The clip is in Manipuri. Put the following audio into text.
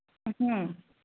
ꯎꯝ